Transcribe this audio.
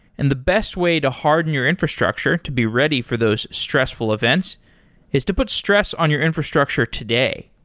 and the best way to harden your infrastructure to be ready for those stressful events is to put stress on your infrastructure today.